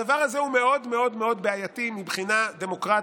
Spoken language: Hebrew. הדבר הזה מאוד מאוד בעייתי מבחינה דמוקרטית,